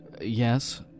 Yes